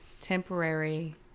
temporary